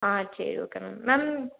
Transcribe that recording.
ஆ சரி okay ma'am ma'am